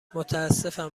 متاسفم